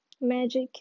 magic